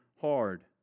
hard